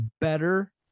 better